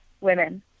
women